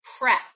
prep